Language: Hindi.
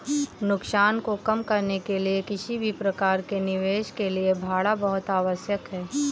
नुकसान को कम करने के लिए किसी भी प्रकार के निवेश के लिए बाड़ा बहुत आवश्यक हैं